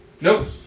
Nope